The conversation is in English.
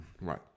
Right